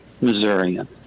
Missourian